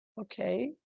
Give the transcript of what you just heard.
Okay